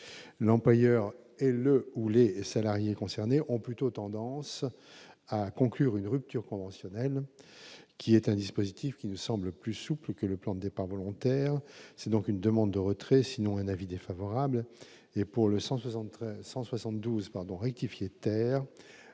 l'employeur et le ou les salariés concernés ont plutôt tendance à conclure une rupture conventionnelle, qui est un dispositif qui ne semble plus souple que le plan départs volontaires, c'est donc une demande de retrait sinon un avis défavorable, et pour le 173 172 pardon rectifier terre,